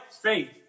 Faith